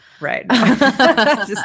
right